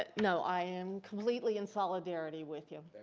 but no, i am completely in solidarity with you.